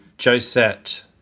Josette